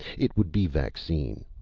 it would be vaccine.